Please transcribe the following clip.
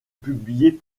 publier